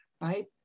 right